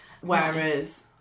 Whereas